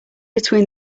between